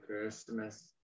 Christmas